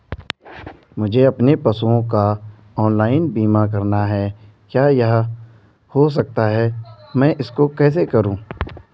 मुझे अपने पशुओं का ऑनलाइन बीमा करना है क्या यह हो सकता है मैं इसको कैसे करूँ?